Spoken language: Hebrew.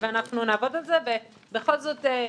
בכל זאת,